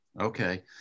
Okay